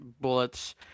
bullets